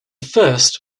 first